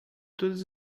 todas